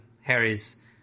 Harry's